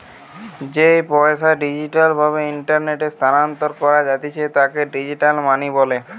যেই পইসা ডিজিটাল ভাবে ইন্টারনেটে স্থানান্তর করা জাতিছে তাকে ডিজিটাল মানি বলে